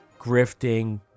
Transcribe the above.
grifting